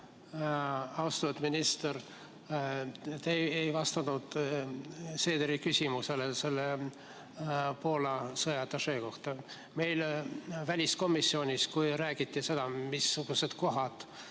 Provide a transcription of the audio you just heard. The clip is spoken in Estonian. Austatud minister! Te ei vastanud Seederi küsimusele Poola sõjaatašee kohta. Meil väliskomisjonis, kui räägiti, missugused kohad